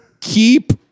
Keep